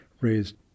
raised